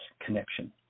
connection